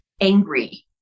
angry